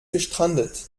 gestrandet